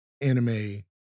anime